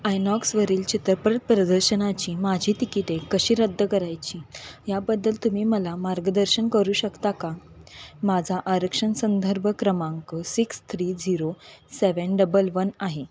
आयनॉक्स वरील चित्रपल प्रदर्शनाची माझी तिकीटे कशी रद्द करायची याबद्दल तुम्ही मला मार्गदर्शन करू शकता का माझा आरक्षण संदर्भ क्रमांक six three zero seven double one आहे